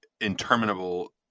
interminable